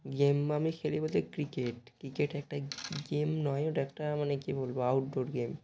game আমি খেলি বলতে ক্রিকেট ক্রিকেট একটা গেম নয় ওটা একটা মানে কী বলব আউটডোর গেম